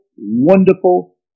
wonderful